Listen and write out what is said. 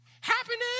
happiness